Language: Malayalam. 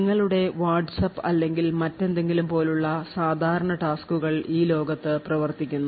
നിങ്ങളുടെ വാട്ട്സ്ആപ്പ് അല്ലെങ്കിൽ മറ്റെന്തെങ്കിലും പോലുള്ള സാധാരണ ടാസ്ക്കുകൾ ഈ ലോകത്ത് പ്രവർത്തിക്കുന്നു